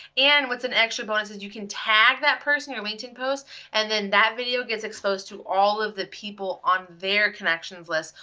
and what's an extra bonus is you can tag that person in your linkedin post and then that video gets exposed to all of the people on their connections list,